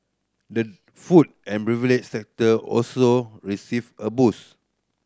the food and beverage sector also received a boost